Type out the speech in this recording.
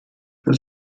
für